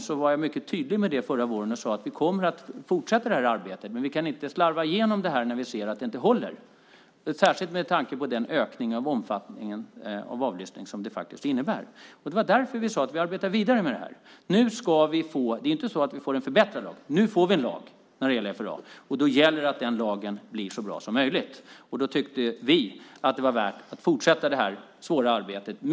Jag var mycket tydlig med det förra våren och sade att vi kommer att fortsätta det här arbetet. Men vi kan inte slarva igenom det när vi ser att det inte håller, särskilt med tanke på den ökning av omfattningen av avlyssning som det innebär. Därför sade vi att vi arbetar vidare med detta. Vi får inte en förbättrad lag, men nu får vi en lag när det gäller FRA. Det gäller att den lagen blir så bra som möjligt. Vi tyckte att det var värt att fortsätta det här mycket svåra arbetet.